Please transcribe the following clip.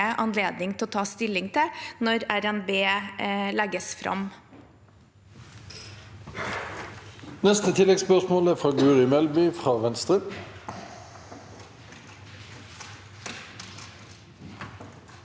anledning til å ta stilling til når RNB legges fram.